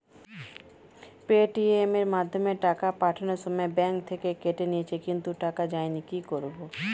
Paytm এর মাধ্যমে টাকা পাঠানোর সময় ব্যাংক থেকে কেটে নিয়েছে কিন্তু টাকা যায়নি কি করব?